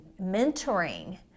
mentoring